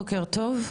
בוקר טוב.